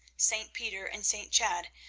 st. peter and st. chad,